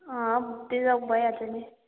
अँ त्यो त भइहाल्छ नि